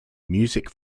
music